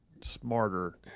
smarter